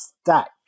stack